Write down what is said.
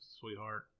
sweetheart